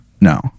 No